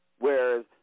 Whereas